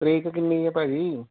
ਤਰੀਕ ਕਿੰਨੀ ਹੈ ਭਾਅ ਜੀ